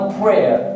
prayer